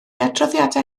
adroddiadau